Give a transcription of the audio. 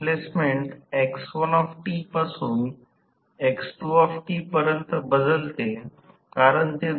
r2 r2 1S 1 हा भार प्रतिरोध भाग आहे आणि हा व्हेरिएबल दर्शविला गेला आहे कारण हा s बदलू शकतो कारण स्लिप बदलू शकते